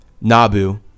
Nabu